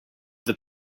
have